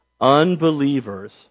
unbelievers